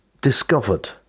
discovered